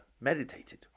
meditated